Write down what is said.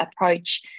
approach